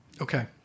Okay